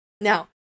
Now